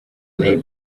clay